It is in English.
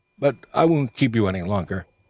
but i won't keep you any longer,